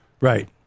right